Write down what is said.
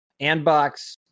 Anbox